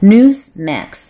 Newsmax